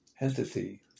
entity